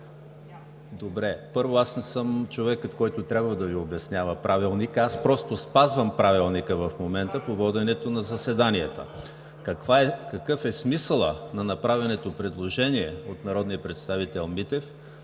ли? Първо, аз не съм човекът, който трябва да Ви обяснява Правилника, а просто спазвам Правилника по воденето на заседанията в момента. Какъв е смисълът на направеното предложение от народния представител Митев?